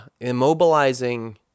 immobilizing